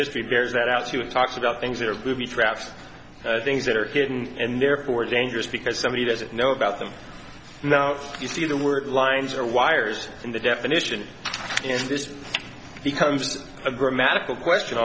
history bears that out to have talks about things that are booby traps things that are hidden and therefore dangerous because somebody doesn't know about them now if you see the word lines or wires in the definition if this becomes a grammatical question